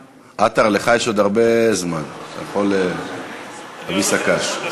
עטר, לך יש עוד הרבה זמן, אתה יכול להביא שק"ש.